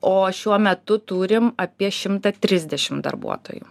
o šiuo metu turim apie šimtą trisdešim darbuotojų